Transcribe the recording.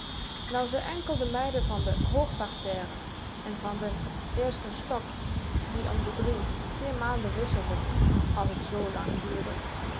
nou ze enkel de meiden van de hochparterre en van den ersten stock die om de drie vier maanden wisselden als het zoo lang duurde